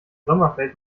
sommerfeld